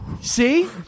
See